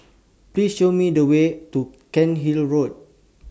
Please Show Me The Way to Cairnhill Road